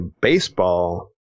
baseball